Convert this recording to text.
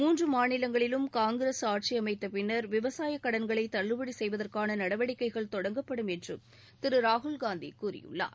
மூன்று மாநிலங்களிலும் காங்கிரஸ் ஆட்சி அமைத்த பின்னர் விவசாயக் கடன்களை தள்ளுபடி செய்வதற்கான நடவடிக்கைகள் தொடங்கப்படும் என்று திரு ராகுல்காந்தி கூறியுள்ளார்